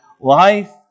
life